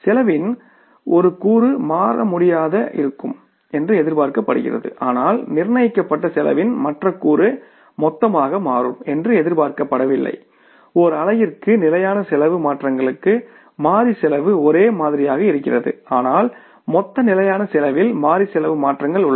செலவின் ஒரு கூறு மாறக்கூடியதாக இருக்கும் என்று எதிர்பார்க்கப்படுகிறது ஆனால் நிர்ணயிக்கப்பட்ட செலவின் மற்ற கூறு மொத்தமாக மாறும் என்று எதிர்பார்க்கப்படவில்லை ஒரு அலகிற்கு நிலையான செலவு மாற்றங்களுக்கு மாறி செலவு ஒரே மாதிரியாக இருக்கிறது ஆனால் மொத்த நிலையான செலவில் மாறி செலவு மாற்றங்கள் உள்ளது